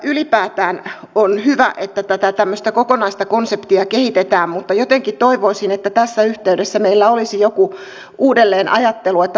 ylipäätään on hyvä että tätä tämmöistä kokonaista konseptia kehitetään mutta jotenkin toivoisin että tässä yhteydessä meillä olisi joku uudelleenajattelu